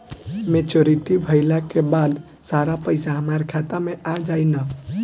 Maturity भईला के बाद सारा पईसा हमार खाता मे आ जाई न?